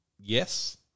yes